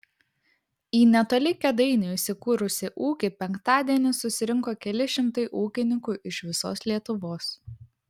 į netoli kėdainių įsikūrusį ūkį penktadienį susirinko keli šimtai ūkininkų iš visos lietuvos